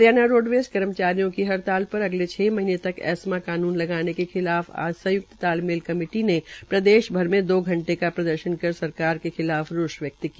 Haryana roadways कर्मचारियों की हड़ताल पर अगले छ महीने तक एस्मा कानून लगाने के खिलाफ आज संय्क्त तालमेल कमेटी ने प्रदेश भर में दो घंटे का प्रदर्शन कर सरकार के खिलाफ रोष व्यक्त किया